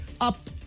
Up